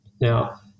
Now